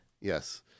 Yes